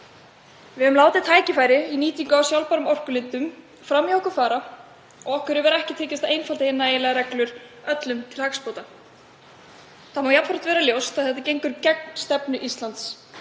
Við höfum látið tækifæri í nýtingu á sjálfbærum orkulindum fram hjá okkur fara og okkur hefur ekki tekist að einfalda reglur nægilega öllum til hagsbóta. Það má jafnframt vera ljóst að þetta gengur gegn stefnu Íslands